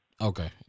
okay